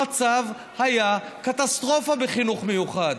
המצב היה קטסטרופה בחינוך המיוחד.